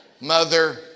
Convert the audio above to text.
Mother